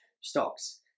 stocks